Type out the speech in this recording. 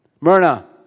Myrna